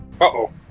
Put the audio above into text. Uh-oh